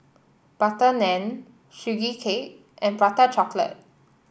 Butter Naan Sugee Cake and Prata Chocolate